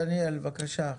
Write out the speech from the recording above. דניאל, בבקשה.